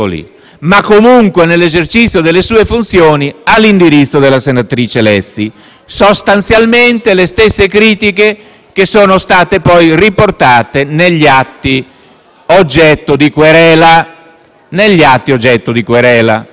ma comunque nell'esercizio delle sue funzioni, all'indirizzo della senatrice Lezzi, sostanzialmente le stesse critiche che sono state poi riportati negli atti oggetto di querela.